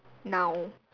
now